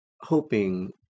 hoping